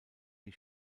die